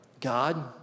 God